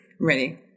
Ready